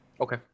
Okay